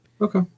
Okay